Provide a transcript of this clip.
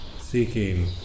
seeking